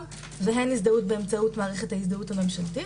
והן הזדהות באמצעות מערכת ההזדהות הממשלתית,